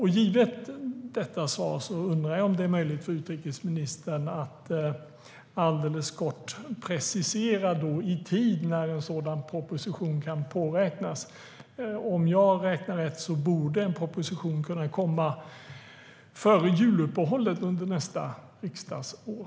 Givet detta svar undrar jag om det är möjligt för utrikesministern att alldeles kort precisera i tid när en sådan proposition kan påräknas. Om jag räknar rätt borde en proposition kunna komma före juluppehållet under nästa riksdagsår.